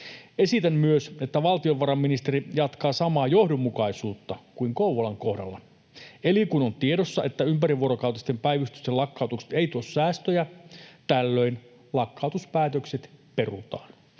Esitän myös, että valtiovarainministeri jatkaa samaa johdonmukaisuutta kuin Kouvolan kohdalla, eli kun on tiedossa, että ympärivuorokautisten päivystysten lakkautukset eivät tuo säästöjä, tällöin lakkautuspäätökset perutaan.